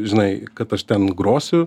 žinai kad aš ten grosiu